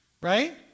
right